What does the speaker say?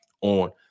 on